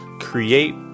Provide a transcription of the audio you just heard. create